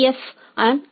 F R